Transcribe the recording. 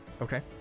Okay